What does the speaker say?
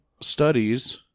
studies